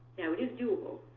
now it is doable,